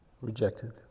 rejected